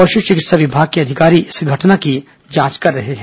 पशु चिकित्सा विभाग के अधिकारी इस घटना की जांच कर रहे हैं